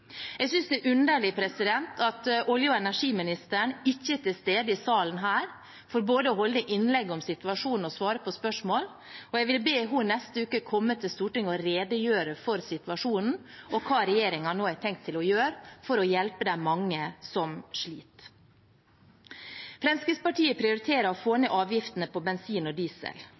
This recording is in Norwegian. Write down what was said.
Jeg synes det er underlig at olje- og energiministeren ikke er til stede i salen her, for både å holde innlegg om situasjonen og å svare på spørsmål. Jeg vil be henne om neste uke å komme til Stortinget og redegjøre for situasjonen og hva regjeringen nå har tenkt å gjøre for å hjelpe de mange som sliter. Fremskrittspartiet prioriterer å få ned avgiftene på bensin og diesel,